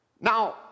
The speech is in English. Now